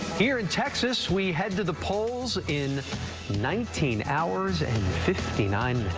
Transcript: here in texas, we head to the polls in nineteen hours and. fifty nine.